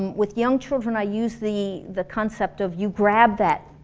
with young children i use the the concept of you grab that,